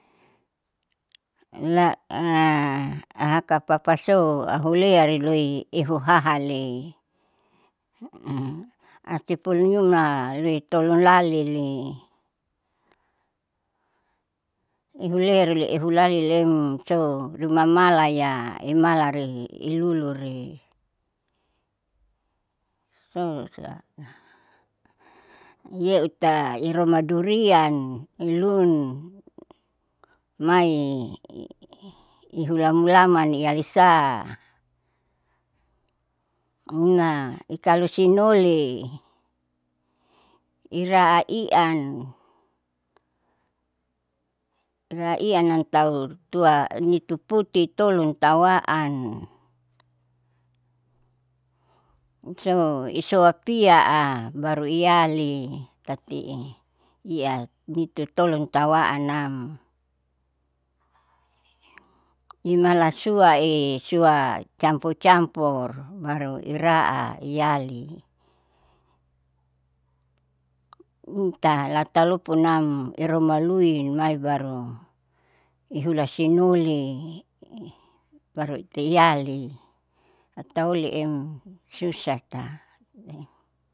La ahakapapasou ahulearilui ihuhahali asipulnuma aluitolo lalili, ihureaihulalilem so rumamalaya emalarehe ilurure, sosia yeuta iromadurian ilun maiihula mulamani ialisa muna ikalo sinoli iraa i'an. iraa i'annan tahu tuanituputi tolun tawaan so isoopiya'a baru iyali tati'i iyal nitutolun tawaan nam, nimala suae sua campur campur baru iraa iyali, ntahlapalounam iramalui maibaru ihulasinoli baru itaiyali lataoliem susahta.